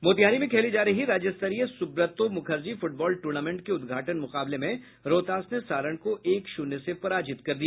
मोतिहारी में खेली जा रही राज्य स्तरीय सुब्रतो मुखर्जी फुटबॉल टूर्नामेंट के उद्घाटन मुकाबले में रोहतास ने सारण को एक शून्य से पराजित कर दिया